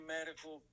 Medical